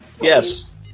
Yes